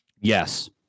Yes